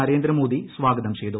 നരേന്ദ്രമോദി സ്വാഗതം ചെയ്തു